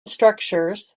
structures